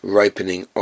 ripening